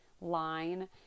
line